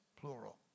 plural